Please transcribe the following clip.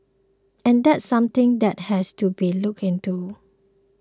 and that's something that has to be looked into